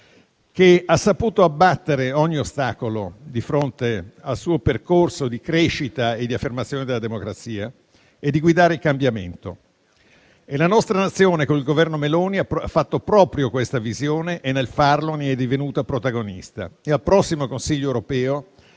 che ha saputo abbattere ogni ostacolo di fronte al suo percorso di crescita e di affermazione della democrazia e di guidare il cambiamento. La nostra Nazione, con il Governo Meloni, ha fatto propria questa visione e, nel farlo, ne è divenuta protagonista e al prossimo Consiglio europeo